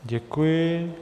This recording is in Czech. Děkuji.